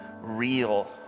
real